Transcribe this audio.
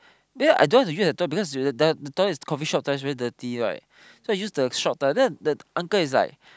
then I just use the toilet cause the the there the toilet coffee shop toilet is very dirty right so I use the shop toilet then the the uncle is like